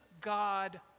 God